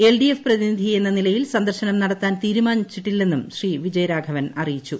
LDF പ്രതിനിധി എന്ന നിലയിൽ സന്ദർശനം നടത്താൻ തീരുമാനിച്ചിട്ടില്ലെന്നും ശ്രീ വിജയരാഘവൻ അറിയിച്ചു